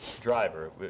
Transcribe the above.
driver